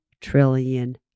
trillion